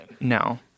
no